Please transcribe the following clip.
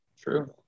true